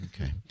Okay